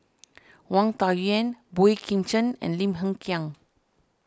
Wang Dayuan Boey Kim Cheng and Lim Hng Kiang